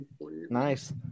Nice